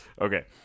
Okay